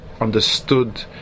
understood